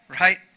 Right